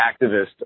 activist